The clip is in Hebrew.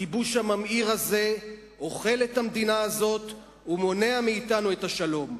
הכיבוש הממאיר הזה אוכל את המדינה הזאת ומונע מאתנו את השלום.